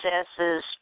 successes